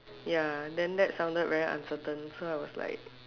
ya then that sounded very uncertain so I was like